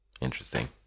Interesting